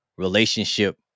relationship